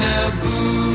Naboo